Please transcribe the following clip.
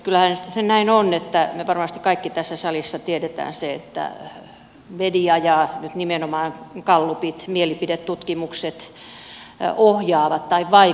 kyllähän se näin on että me varmasti kaikki tässä salissa tiedämme sen että media ja nyt nimenomaan gallupit mielipidetutkimukset ohjaavat tai vaikuttavat